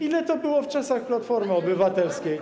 Ile to było w czasach Platformy Obywatelskiej?